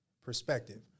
perspective